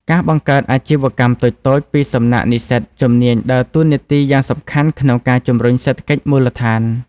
ការបង្កើតអាជីវកម្មតូចៗពីសំណាក់និស្សិតជំនាញដើរតួនាទីយ៉ាងសំខាន់ក្នុងការ ជំរុញសេដ្ឋកិច្ចមូលដ្ឋាន។